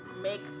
make